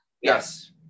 Yes